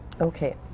Okay